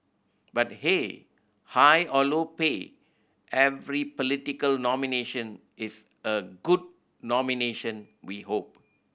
but hey high or low pay every political nomination is a good nomination we hope